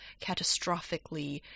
catastrophically